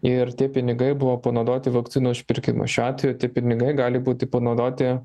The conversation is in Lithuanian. ir tie pinigai buvo panaudoti vakcinų užpirkimui šiuo atveju tie pinigai gali būti panaudoti